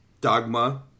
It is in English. Dogma